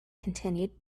continued